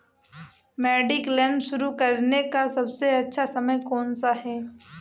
Mediclaim शुरू करने का सबसे अच्छा समय कौनसा है?